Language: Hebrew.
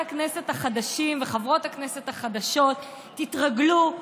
הכנסת החדשים וחברות הכנסת החדשות: תתרגלו,